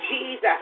Jesus